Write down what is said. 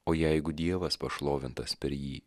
o jeigu dievas pašlovintas per jį